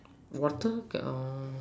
water or